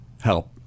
help